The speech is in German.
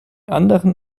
anderen